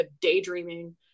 daydreaming